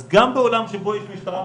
אז גם בעולם שבו יש משטרה מושלמת,